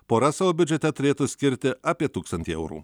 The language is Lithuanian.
pora savo biudžete turėtų skirti apie tūkstantį eurų